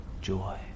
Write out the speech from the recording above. joy